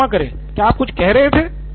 क्षमा करें क्या आप कुछ कह रहे थे नहीं